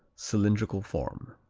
cylindrical form.